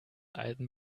alten